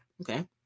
Okay